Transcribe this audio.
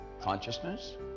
Consciousness